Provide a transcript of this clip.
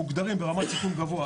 מוגדרים ברמת סיכון גבוה,